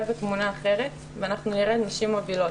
בתמונה אחרת ואנחנו נראה נשים מובילות.